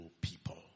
people